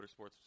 motorsports